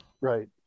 Right